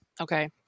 Okay